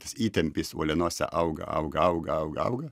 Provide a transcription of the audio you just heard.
tas įtempis uolienose auga auga auga auga auga